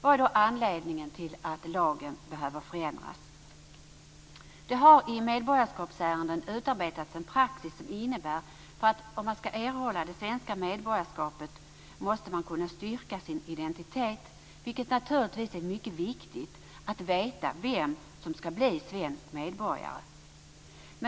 Vad är då anledningen till att lagen behöver förändras? Det har i medborgarskapsärenden utarbetats en praxis som innebär att man för att erhålla svenskt medborgarskap måste kunna styrka sin identitet. Naturligtvis är det mycket viktigt att veta vem som skall bli svensk medborgare.